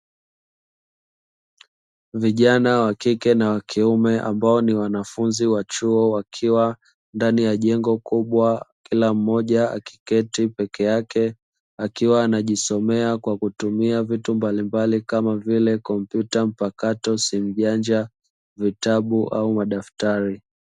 Vijana wa kike na wa kiume ambao ni wanafunzi wa chuo wakiwa ndani ya jengo kubwa kila mmoja akiketi peke yake akiwa anajisomea kwa kutumia vitu mbalimbali kama vile kompyuta mpakato, simu janja, vitabu au madaftari.